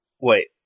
Wait